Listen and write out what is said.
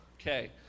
okay